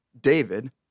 David